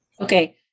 Okay